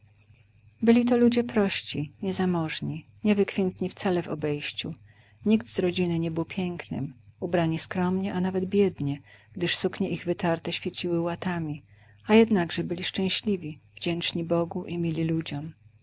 byli to ludzie prości niezamożni niewykwintni wcale w obejściu nikt z rodziny nie był pięknym ubrani skromnie nawet biednie gdyż suknie ich wytarte świeciły łatami a jednakże byli szczęśliwi wdzięczni bogu i mili ludziom